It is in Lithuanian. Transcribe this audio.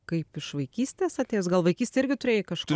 kaip iš vaikystės atėjęs gal vaikystėj irgi turėjai kažką